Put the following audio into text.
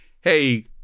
hey